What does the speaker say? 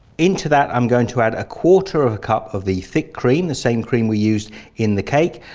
into that i'm going to add a quarter of a cup of the thick cream, the same cream we used in the cake,